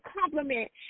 compliment